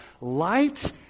light